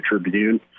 Tribune